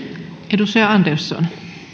arvoisa